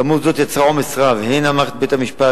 כמות זו יצרה עומס רב הן על מערכת בתי-המשפט